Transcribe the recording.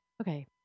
Okay